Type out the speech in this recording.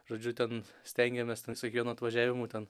žodžiu ten stengiamės su kiekvienu atvažiavimu ten